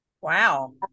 Wow